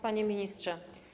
Panie Ministrze!